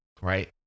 right